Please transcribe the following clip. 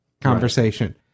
Conversation